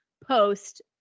post